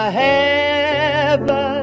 heaven